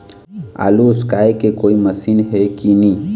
आलू उसकाय के कोई मशीन हे कि नी?